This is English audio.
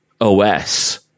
OS